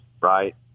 right